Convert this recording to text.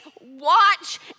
watch